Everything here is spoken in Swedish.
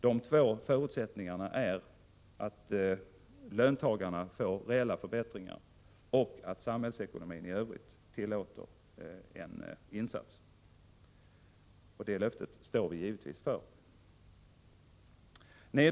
De två förutsättningarna är att löntagarna får reella förbättringar och att samhällsekonomin i övrigt tillåter en insats. Det löftet står vi givetvis för.